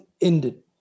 ended